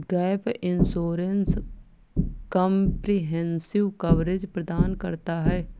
gap insurance comprehensive coverage प्रदान करता है